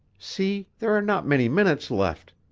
see! there are not many minutes left.